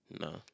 No